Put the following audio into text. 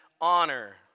honor